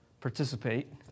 participate